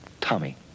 Tommy